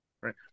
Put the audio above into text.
Right